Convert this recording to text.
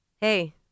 Hey